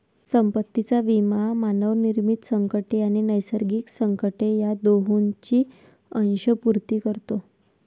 संपत्तीचा विमा मानवनिर्मित संकटे आणि नैसर्गिक संकटे या दोहोंची अंशपूर्ती करतो